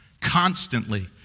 Constantly